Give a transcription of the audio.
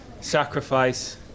sacrifice